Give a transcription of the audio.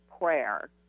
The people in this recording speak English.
prayer